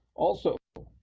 also,